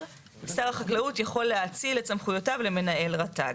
"שר החקלאות יכול להאציל את סמכויותיו למנהל רת"ג".